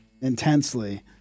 intensely